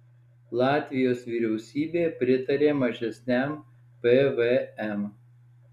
latvijos vyriausybė pritarė mažesniam pvm